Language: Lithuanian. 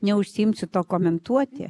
neužsiimsiu to komentuoti